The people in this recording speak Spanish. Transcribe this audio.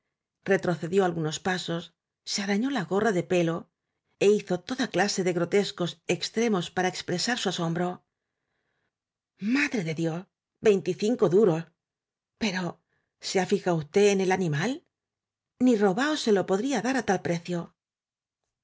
retrocedió algunos pasos se arañó la gorra de pelo é hizo toda clase de grotescosextremos para expresar su asombro madre de dios veinticinco duros pero ha se fijao usted en el animal ni robado se lo podría dar á tal precio